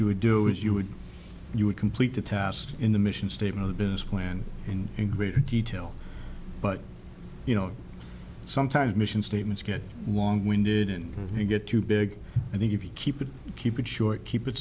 you would do is you would you would complete the task in the mission statement of business plan and in greater detail but you know sometimes mission statements get long winded and you get too big i think if you keep it keep it short keep it